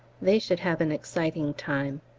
they should have an exciting time.